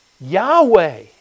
Yahweh